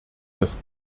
das